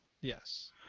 Yes